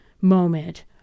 moment